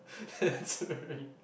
sorry